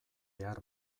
behar